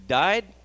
died